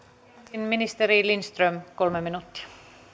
ensin ministeri lindström kolme minuuttia